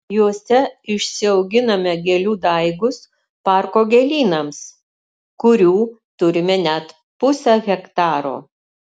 juose išsiauginame gėlių daigus parko gėlynams kurių turime net pusę hektaro